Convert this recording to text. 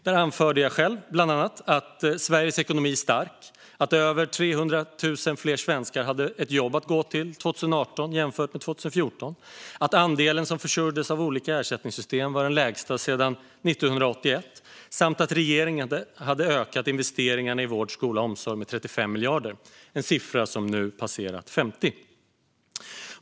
Där anförde jag själv bland annat att Sveriges ekonomi är stark, att över 300 000 fler svenskar hade ett jobb att gå till 2018 än 2014, att andelen som försörjdes av olika ersättningssystem var den lägsta sedan 1981 samt att regeringen hade ökat investeringarna i vård, skola och omsorg med 35 miljarder - en siffra som nu har passerat 50 miljarder.